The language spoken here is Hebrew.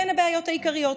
בין הבעיות העיקריות: